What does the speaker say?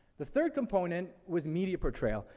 the third component was media portrayal.